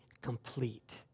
complete